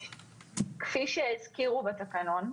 כפי שהזכירו בתקנון,